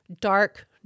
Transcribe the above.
Dark